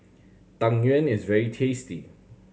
Tang Yuen is very tasty